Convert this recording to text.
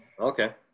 Okay